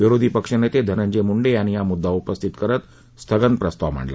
विरोधी पक्षनेते धनंजय मुंडे यांनी हा मुद्दा उपस्थित करत स्थगन प्रस्ताव मांडला